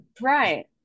right